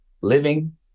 living